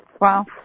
Wow